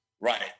right